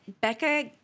Becca